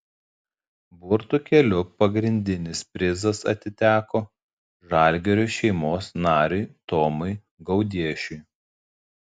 burtų keliu pagrindinis prizas atiteko žalgirio šeimos nariui tomui gaudiešiui